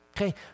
okay